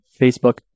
Facebook